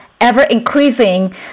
ever-increasing